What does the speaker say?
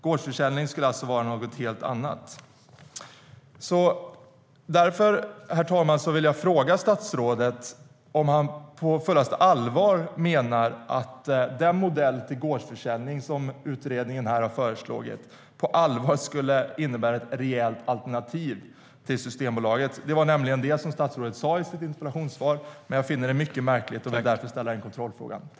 Gårdsförsäljning skulle vara något helt annat. Därför vill jag fråga statsrådet om han på fullaste allvar menar att den modell för gårdsförsäljning som utredningen har föreslagit skulle innebära ett reellt alternativ till Systembolaget. Det var nämligen det statsrådet sa i sitt interpellationssvar, men jag finner det mycket märkligt. Därför vill jag ställa den kontrollfrågan.